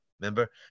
Remember